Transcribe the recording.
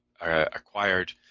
acquired